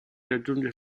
raggiunge